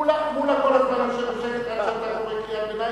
מולה כל הזמן יושב בשקט עד שאתה קורא קריאת ביניים.